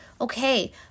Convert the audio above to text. Okay